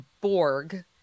Borg